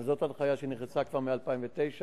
אבל זו הנחיה שנכנסה כבר מ-2009,